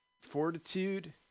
Fortitude